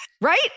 right